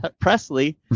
presley